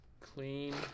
Clean